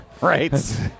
right